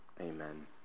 Amen